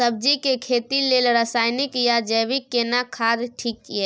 सब्जी के खेती लेल रसायनिक या जैविक केना खाद ठीक ये?